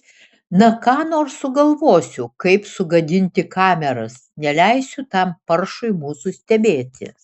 na ką nors sugalvosiu kaip sugadinti kameras neleisiu tam paršui mūsų stebėti